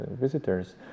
visitors